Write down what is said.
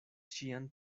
ŝian